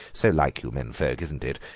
so like you men-folk, isn't it?